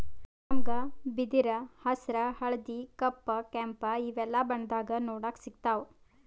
ನಮ್ಗ್ ಬಿದಿರ್ ಹಸ್ರ್ ಹಳ್ದಿ ಕಪ್ ಕೆಂಪ್ ಇವೆಲ್ಲಾ ಬಣ್ಣದಾಗ್ ನೋಡಕ್ ಸಿಗ್ತಾವ್